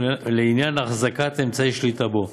לעניין החזקת אמצעי שליטה בו,